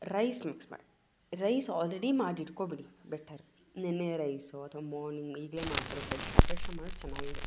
rice mix ಮಾಡಿ rice already ಮಾಡಿಟ್ಕೋಬಿಡಿ better ನಿನ್ನೆಯ ರೈಸೋ ಅಥ್ವಾ ಮಾರ್ನಿಂಗ್ ಈಗಲೇ ಮಾಡ್ತೀರೋ ಫ್ರೆಶ್ಶಾಗಿ ಫ್ರೆಶ್ಶಾಗಿ ಮಾಡಿದ್ರೆ ಚೆನ್ನಾಗಿರುತ್ತೆ